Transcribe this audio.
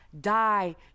die